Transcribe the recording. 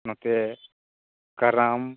ᱱᱚᱛᱮ ᱠᱟᱨᱟᱢ